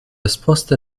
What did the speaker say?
esposte